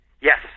Yes